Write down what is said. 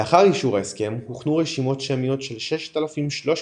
לאחר אישור ההסכם הוכנו רשימות שמיות של 6,365